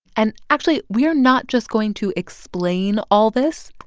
and, actually, we are not just going to explain all this.